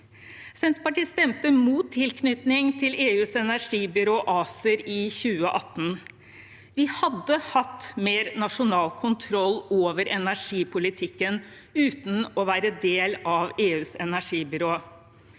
Senterpartiet stemte mot tilknytning til EUs energibyrå, ACER, i 2018. Vi hadde hatt mer nasjonal kontroll over energipolitikken uten å være del av EUs energibyrå.